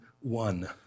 one